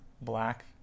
black